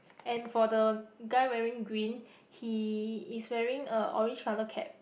and for the guy wearing green he is wearing an orange colour cap